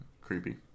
creepy